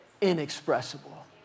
inexpressible